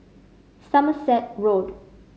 Somerset Road